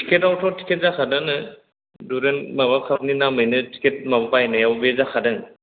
तिकेटावट' ticket जाखादोंनो डुराण्ड माबा कापनि नामैनो तिकिट माबा बायनायाव बे जाखादों